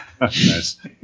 Nice